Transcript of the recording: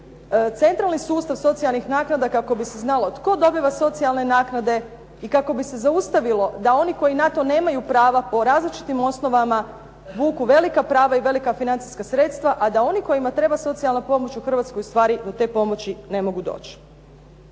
centralni sustav socijalnih naknada kako bi se znalo tko dobiva socijalne naknade i kako bi se zaustavilo da oni koji na to nemaju prava po različitim osnovama, vuku velika prava i velika financijska sredstva, a da oni kojima treba socijalna pomoć u Hrvatskoj ustvari do te pomoći ne mogu doći.